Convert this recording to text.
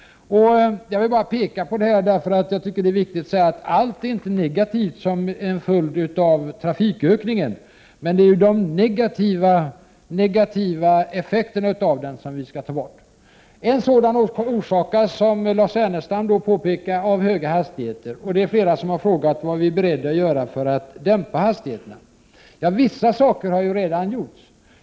Jag ville bara peka på dessa punkter, eftersom jag tycker att det är viktigt att säga att allt blir inte negativt som en följd av trafikökningen. Men det är de negativa effekterna som vi vill ta bort. En sådan negativ effekt uppkommer, som Lars Ernestam påpekade, av höga hastigheter. Det är flera som har frågat vad vi i regeringen är beredda att göra för att dämpa hastigheterna. Vissa åtgärder har redan vidtagits.